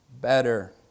better